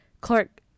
Clark